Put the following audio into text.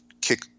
kick